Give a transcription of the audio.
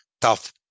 tough